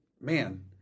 man